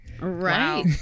right